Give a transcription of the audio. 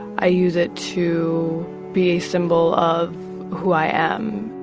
i use it to be a symbol of who i am